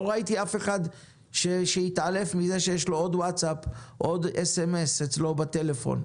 לא ראיתי אף אחד שהתעלף מזה שיש לו עוד ווטסאפ או עוד סמ"ס אצלו בטלפון,